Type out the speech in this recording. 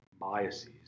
biases